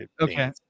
okay